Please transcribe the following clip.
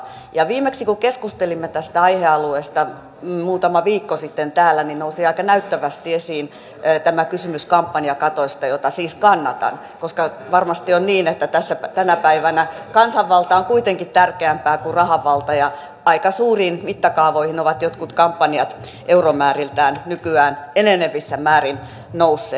kun viimeksi keskustelimme tästä aihealueesta muutama viikko sitten täällä niin nousi aika näyttävästi esiin tämä kysymys kampanjakatosta jota siis kannatan koska varmasti on niin että tänä päivänä kansanvalta on kuitenkin tärkeämpää kuin rahan valta ja aika suuriin mittakaavoihin ovat jotkut kampanjat euromääriltään nykyään enenevässä määrin nousseet